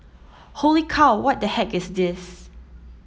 holy cow what the heck is this